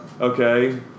Okay